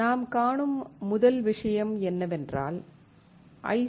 நாம் காணும் முதல் விஷயம் என்னவென்றால் ஐ